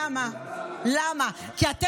למה, למה?